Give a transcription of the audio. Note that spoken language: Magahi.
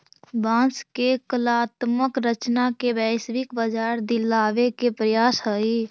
बाँस के कलात्मक रचना के वैश्विक बाजार दिलावे के प्रयास हई